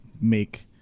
make